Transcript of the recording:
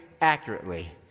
accurately